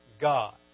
God